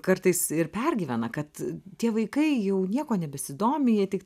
kartais ir pergyvena kad tie vaikai jau niekuo nebesidomi jie tik